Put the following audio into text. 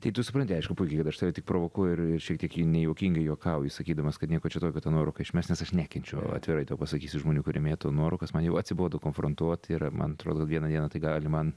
tai tu supranti aišku puikiai kad aš tave tik provokuoju ir ir šiek tiek nejuokingai juokauju sakydamas kad nieko čia tokio tą nuorūką išmest nes aš nekenčiu atvirai tau pasakysiu žmonių kurie mėto nuorūkas man jau atsibodo konfrontuot ir man atrodo vieną dieną tai gali man